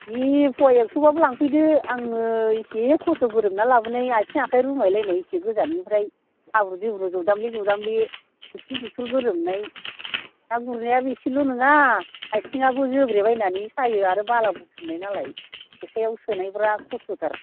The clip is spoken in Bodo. जि फवायाव एक्स' बाबो लांफैदो आङो एसे खस्ट' गोरोमनानै लाबोनाय आइथिं आखाइ रुबाय लायनाइ एसे गोजाननिफ्राय हाब्रुं दैब्रुंजों जदामब्ले जदामब्ले जथुम जथुम गोग्रोमनाय ना गुरनायाबो असेल' नङा आइथिङाबो जोब्रे बायनानै सायो आरो बाला बुथुमनाय नालाय जेखायाव सोनायफ्रा खस्टथार